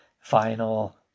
final